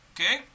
Okay